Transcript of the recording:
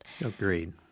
Agreed